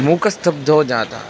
मूकस्तब्धो जाता